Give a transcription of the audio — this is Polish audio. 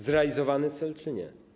Zrealizowany cel czy nie?